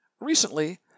Recently